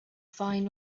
fine